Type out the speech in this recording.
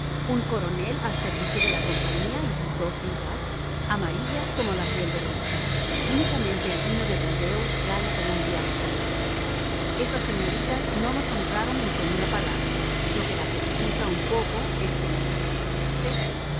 un coronel al servicio de la compañía y sus dos hijas amarillas como la piel de rusia unicamente el vino de burdeos gana con un viaje tan largo esas señoritas no nos honraron ni con una palabra lo que las excusa un poco es que no sabían el francés